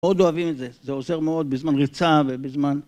מאוד אוהבים את זה, זה עוזר מאוד, בזמן ריצה ובזמן...